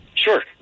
Sure